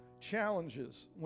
challenges